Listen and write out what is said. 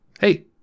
Hey